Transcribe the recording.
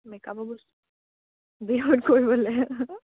মেকআপৰ বস্তু বিহুত কৰিবলে